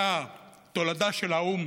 אל תאבדו את הערכים שלכם.